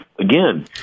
again